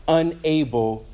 unable